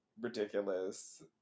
ridiculous